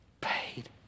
paid